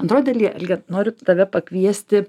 antroj daly alge noriu tave pakviesti